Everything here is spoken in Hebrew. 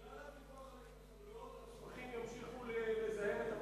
אז בגלל הוויכוח על ההתנחלויות השפכים ימשיכו לזהם את,